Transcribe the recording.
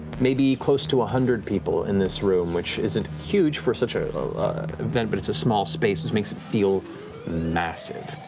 maybe close to one hundred people in this room, which isn't huge for such an event, but it's a small space, just makes it feel massive.